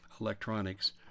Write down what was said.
electronics